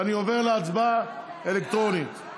ואני עובר להצבעה אלקטרונית.